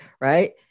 right